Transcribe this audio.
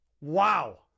Wow